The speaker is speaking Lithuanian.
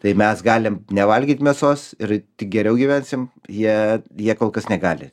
tai mes galim nevalgyt mėsos ir tik geriau gyvensim jie jie kol kas negali